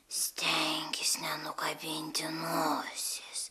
stenkis nenukabinti nosies